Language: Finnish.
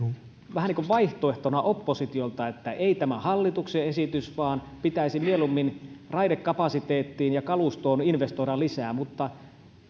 vähän niin kuin vaihtoehtona oppositiolta että ei tämä hallituksen esitys vaan pitäisi mieluummin raidekapasiteettiin ja kalustoon investoida lisää mutta